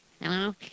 Hello